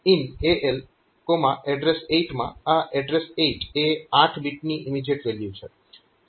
અહીં IN ALaddr8 માં આ એડ્રેસ8 એ 8 બીટની ઇમીજીએટ વેલ્યુ છે